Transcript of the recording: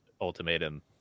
ultimatum